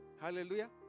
Hallelujah